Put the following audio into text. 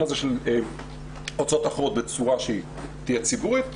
הזה של ההוצאות האחרות בצורה שתהיה ציבורית,